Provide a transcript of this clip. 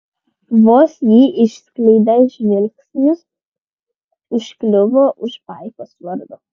vos jį išskleidė žvilgsnis užkliuvo už paikos vardo